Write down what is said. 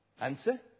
Answer